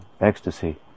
ecstasy